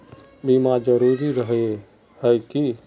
बीमा जरूरी रहे है की?